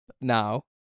now